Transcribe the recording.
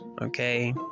okay